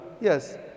Yes